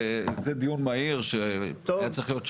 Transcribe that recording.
זה דיון מהיר שהיה צריך להיות שעה,